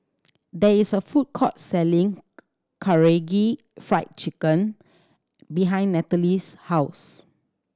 there is a food court selling Karaage Fried Chicken behind Nathaly's house